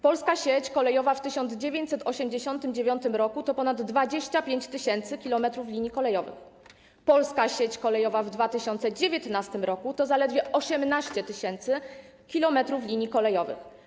Polska sieć kolejowa w 1989 r. to ponad 25 tys. km linii kolejowych, polska sieć kolejowa w 2019 r. to zaledwie 18 tys. km linii kolejowych.